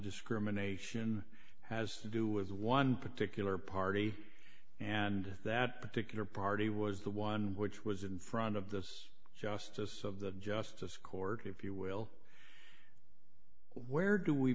discrimination has to do with one particular party and that particular party was the one which was in front of this justice of the justice court if you will where do we